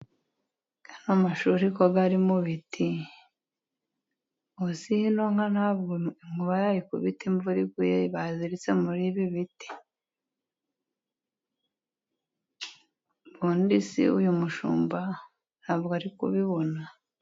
Aya mashuri ko ari mu biti! ubu se ino nka ntabwo inkuba yayikubita imvura iguye, baziritse muri Ibi biti? ubundi se uyu mushumba ntabwo ari kubibona!